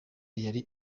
yari